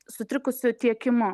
sutrikusiu tiekimu